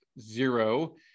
Zero